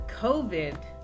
covid